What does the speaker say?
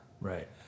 Right